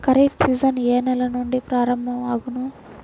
Kharif season ఏ నెల నుండి ప్రారంభం అగును?